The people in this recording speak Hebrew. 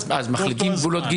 אז מה שעושים,